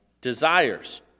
desires